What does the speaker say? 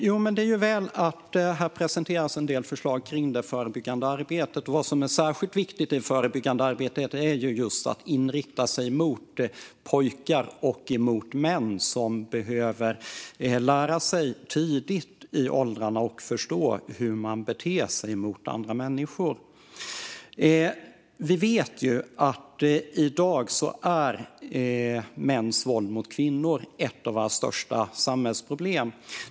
Herr talman! Det är ju väl att det här presenteras en del förslag när det gäller det förebyggande arbetet. Det särskilt viktiga i ett förebyggande arbete är just att inrikta sig mot pojkar och män som behöver lära sig tidigt i åldrarna och förstå hur man beter sig mot andra människor. Vi vet att mäns våld mot kvinnor är ett av våra största samhällsproblem i dag.